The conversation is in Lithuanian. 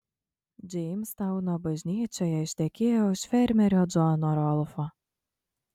džeimstauno bažnyčioje ištekėjo už fermerio džono rolfo